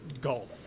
Golf